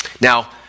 Now